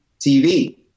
TV